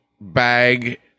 bag